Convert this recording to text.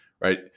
Right